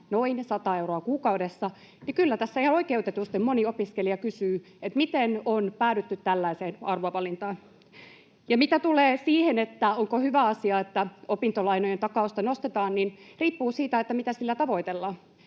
noin 100 euroa kuukaudessa, niin kyllä tässä ihan oikeutetusti moni opiskelija kysyy, miten on päädytty tällaiseen arvovalintaan. Mitä tulee siihen, onko hyvä asia, että opintolainojen takausta nostetaan, niin riippuu siitä, mitä sillä tavoitellaan.